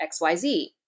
XYZ